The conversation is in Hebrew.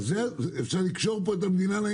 אפשר לקשור פה את המדינה לעניין.